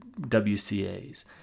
WCA's